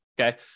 okay